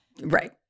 Right